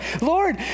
Lord